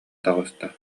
таҕыста